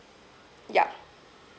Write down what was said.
ya